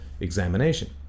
examination